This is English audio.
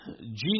Jesus